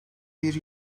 bir